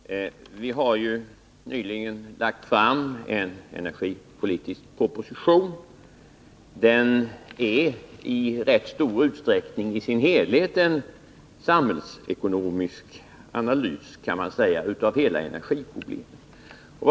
Herr talman! Vi har ju nyligen lagt fram en energipolitisk proposition. Man kan säga att den i sin helhet i rätt stor utsträckning är en samhällsekonomisk analys av hela energiproblemet.